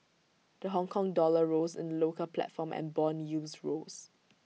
the Hongkong dollar rose in local platform and Bond yields rose